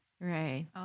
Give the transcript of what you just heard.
Right